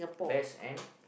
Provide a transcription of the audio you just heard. best end